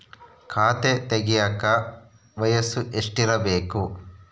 ಖಾತೆ ತೆಗೆಯಕ ವಯಸ್ಸು ಎಷ್ಟಿರಬೇಕು?